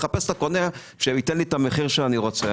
אז עדיף לחפש את הקונה שייתן לי את המחיר שאני רוצה.